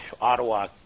Ottawa